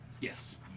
Yes